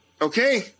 Okay